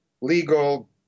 legal